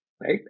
right